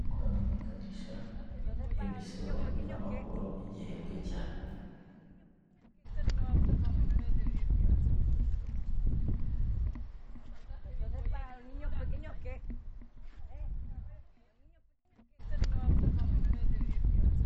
Uko hamenyekanisha imisoro n amahoro y igihehembwe cya